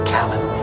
Callan